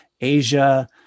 Asia